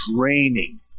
draining